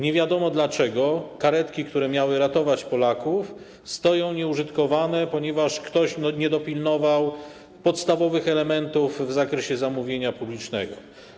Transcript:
Nie wiadomo dlaczego karetki, które miały ratować Polaków, stoją nieużytkowane, ponieważ ktoś nie dopilnował podstawowych elementów w zakresie zamówienia publicznego.